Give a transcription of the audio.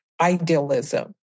idealism